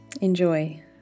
enjoy